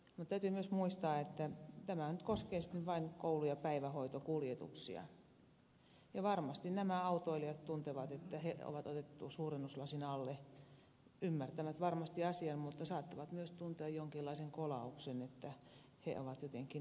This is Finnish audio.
mutta täytyy myös muistaa että tämä nyt koskee sitten vain koulu ja päivähoitokuljetuksia ja varmasti nämä autoilijat tuntevat että heidät on otettu suurennuslasin alle ymmärtävät varmasti asian mutta saattavat myös tuntea jonkinlaisen kolauksen että he ovat jotenkin epäilyksen alla